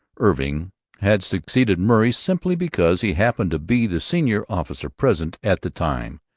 irving had succeeded murray simply because he happened to be the senior officer present at the time.